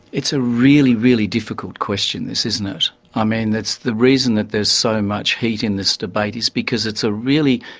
it's a really, really difficult question this, isn't it? i mean, it's the reason that there's so much heat in this debate is because it's a really.